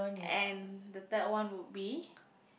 and the third one would be